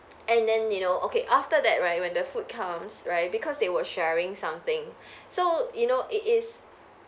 and then you know okay after that right when the food comes right because they were sharing something so you know it is